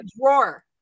drawer